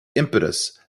impetus